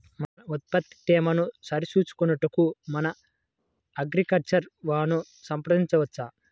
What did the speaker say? మన ఉత్పత్తి తేమను సరిచూచుకొనుటకు మన అగ్రికల్చర్ వా ను సంప్రదించవచ్చా?